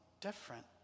different